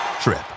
trip